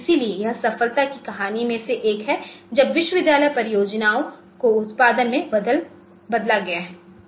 इसलिए यह सफलता की कहानियों में से एक है जब विश्वविद्यालय परियोजनाओं को उत्पाद में बदला गया है